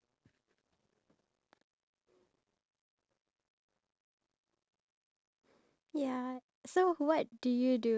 I feel like the fact that everybody only has one life to live so we should just eat and drink